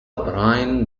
براين